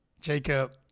Jacob